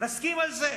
נסכים על זה.